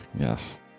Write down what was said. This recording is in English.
Yes